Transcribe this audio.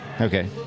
Okay